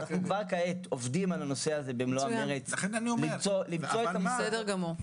כעת אנחנו עובדים על הנושא הזה במלוא המרץ למצוא את --- בסדר גמור.